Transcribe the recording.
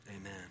amen